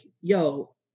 yo